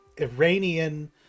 Iranian